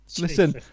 Listen